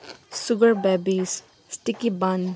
sugar babish sticky bun